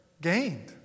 gained